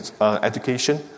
education